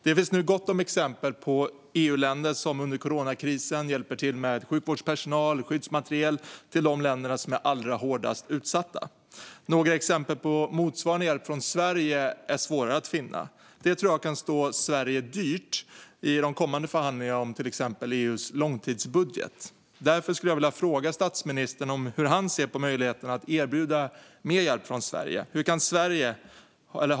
Det finns nu gott om exempel på EU-länder som under coronakrisen hjälper till med sjukvårdspersonal och skyddsmateriel till de länder som är allra hårdast utsatta. Några exempel på motsvarande hjälp från Sverige är svårare att finna. Det tror jag kan stå Sverige dyrt i de kommande förhandlingarna om till exempel EU:s långtidsbudget. Därför skulle jag vilja fråga statsministern om hur han ser på möjligheten att erbjuda mer hjälp från Sverige.